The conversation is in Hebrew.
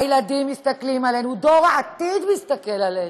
הילדים מסתכלים עלינו, דור העתיד מסתכל עלינו.